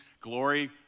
glory